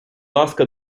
ласка